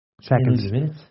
Seconds